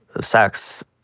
sex